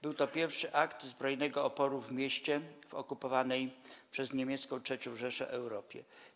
Był to pierwszy akt zbrojnego oporu w mieście w okupowanej przez niemiecką III Rzeszę Europie.